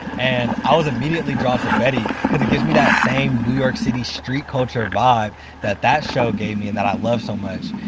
and i was immediately drawn to betty because it gives me that same new york city street culture vibe that that show gave me and that i love so much.